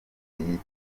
yitabye